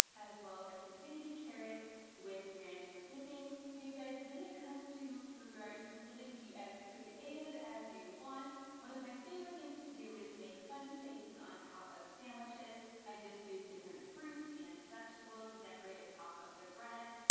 as well as some baby carrots, with ranch for dipping. now you guys, when it comes to food art, you can really be as creative as you want. one of my favorite things to do is make funny faces on top of sandwiches. i just use different fruits and vegetables to decorate the top of their bread.